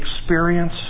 experience